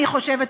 אני חושבת,